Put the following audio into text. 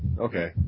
okay